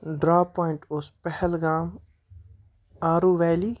drop point اوس پہلگام آروٗ valley